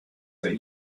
that